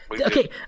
Okay